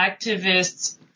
activists